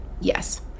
yes